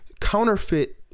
counterfeit